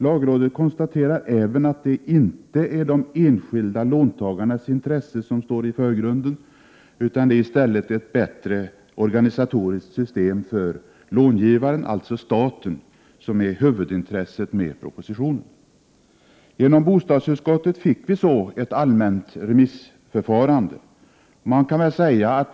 Lagrådet konstaterar även att det inte är de enskilda låntagarnas intresse som står i förgrunden, utan det är i stället ett bättre organisatoriskt system för långivaren, alltså staten, som är huvudintresset i propositionen. Bostadsutskottet fick emellertid till stånd ett allmänt remissförfarande.